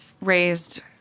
raised